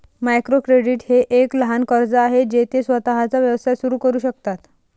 micro credit हे एक लहान कर्ज आहे जे ते स्वतःचा व्यवसाय सुरू करू शकतात